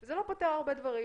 זה לא פותר הרבה דברים,